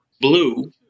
blue